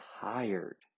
tired